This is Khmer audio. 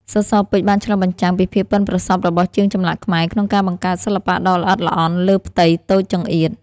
សសរពេជ្របានឆ្លុះបញ្ចាំងពីភាពប៉ិនប្រសប់របស់ជាងចម្លាក់ខ្មែរ ក្នុងការបង្កើតសិល្បៈដ៏ល្អិតល្អន់លើផ្ទៃតូចចង្អៀត។